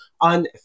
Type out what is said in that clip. On